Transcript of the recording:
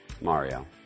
Mario